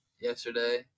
yesterday